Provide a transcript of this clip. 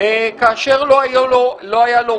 זה יום רגיל של עבודת כנסת.